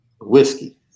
whiskey